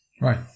Right